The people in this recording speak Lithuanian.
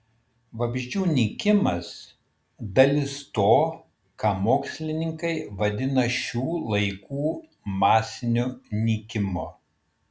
vabzdžių nykimas dalis to ką mokslininkai vadina šių laikų masiniu nykimu